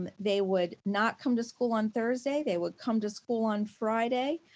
um they would not come to school on thursday, they would come to school on friday.